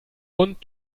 und